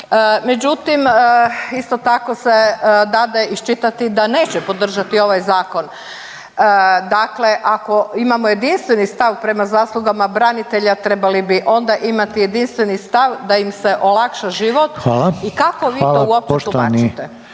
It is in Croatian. međutim isto tako se dade iščitati da neće podržati ovaj zakon. Dakle, ako imamo jedinstveni stav prema zaslugama branitelja, trebali bi onda imati jedinstveni stav da im se olakša život i kako vi to uopće tumačite?